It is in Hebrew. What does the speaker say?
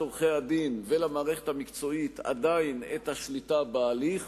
עורכי-הדין ולמערכת המקצועית עדיין את השליטה בהליך,